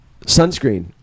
Sunscreen